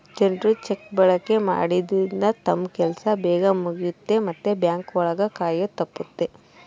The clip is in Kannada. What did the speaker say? ಜನ್ರು ಚೆಕ್ ಬಳಕೆ ಮಾಡೋದ್ರಿಂದ ತಮ್ ಕೆಲ್ಸ ಬೇಗ್ ಮುಗಿಯುತ್ತೆ ಮತ್ತೆ ಬ್ಯಾಂಕ್ ಒಳಗ ಕಾಯೋದು ತಪ್ಪುತ್ತೆ